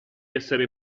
essere